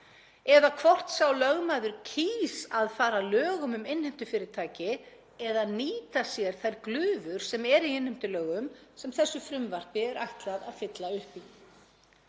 eða hvort sá lögmaður kýs að fara að lögum um innheimtufyrirtæki eða nýta sér þær glufur sem eru í innheimtulögum sem þessu frumvarpi er ætlað að fylla upp í.